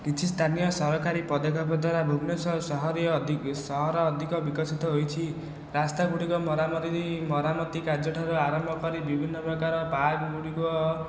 କିଛି ସ୍ଥାନୀୟ ସରକାରୀ ପଦକ୍ଷେପ ଦ୍ଵାରା ଭୁବନେଶ୍ଵର ସହରୀୟ ଅଧିକ ସହର ଅଧିକ ବିକଶିତ ହୋଇଛି ରାସ୍ତା ଗୁଡ଼ିକ ମରାମରି ମରାମତି କାର୍ଯ୍ୟ ଠାରୁ ଆରମ୍ଭ କରି ବିଭିନ୍ନ ପ୍ରକାର ପାର୍କ ଗୁଡ଼ିକ